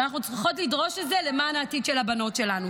ואנחנו צריכות לדרוש את זה למען העתיד של הבנות שלנו.